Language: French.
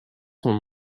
son